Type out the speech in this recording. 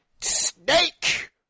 SNAKE